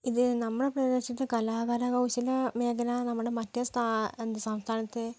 ഇത് നമ്മുടെ പ്രദേശത്തെ കലാ കരകൗശല മേഖല നമ്മുടെ മറ്റ് സ്ഥാ സംസ്ഥാനത്തെ